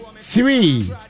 three